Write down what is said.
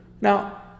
Now